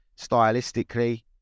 stylistically